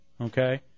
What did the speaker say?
Okay